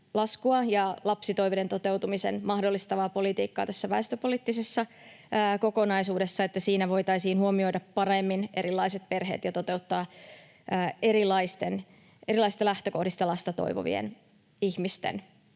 ja lapsitoiveiden toteutumisen mahdollistavaa politiikkaa tässä väestöpoliittisessa kokonaisuudessa, niin siinä voitaisiin huomioida paremmin erilaiset perheet ja toteuttaa erilaisista lähtökohdista lasta toivovien ihmisten